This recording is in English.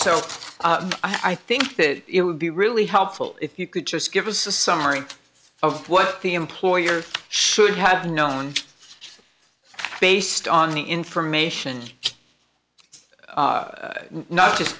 so i think that it would be really helpful if you could just give us a summary of what the employer should have known based on the information not just